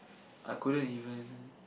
I couldn't even